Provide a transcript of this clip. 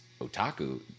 otaku